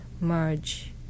merge